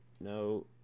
No